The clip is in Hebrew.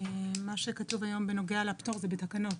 --- מה שכתוב היום בנוגע לפטור זה בתקנות.